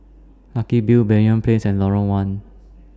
Lucky View Banyan Place and Lorong one